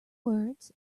words